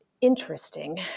Interesting